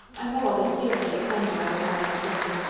i know i'll be fearfully cranky by the time i'm sixty.